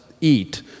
eat